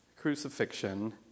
crucifixion